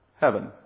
heaven